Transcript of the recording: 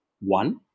One